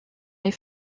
les